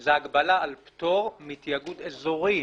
זו הגבלה על פטור מתיאגוד אזורי.